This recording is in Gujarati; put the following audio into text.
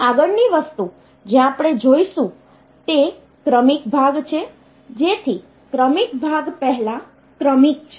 તેથી આગળની વસ્તુ જે આપણે જોઈશું તે ક્રમિક ભાગ છે જેથી ક્રમિક ભાગ પહેલા ક્રમિક છે